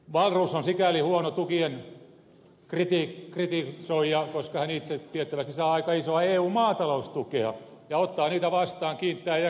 wahlroos on sikäli huono tukien kritisoija että hän itse tiettävästi saa aika isoa eun maataloustukea ja ottaa sitä vastaan kiittäen ja kumartaen